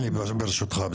זה.